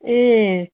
ए